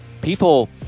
people –